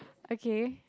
okay